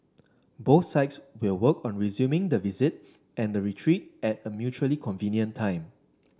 both sides will work on resuming the visit and the retreat at a mutually convenient time